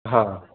हा